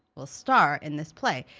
will star in this play,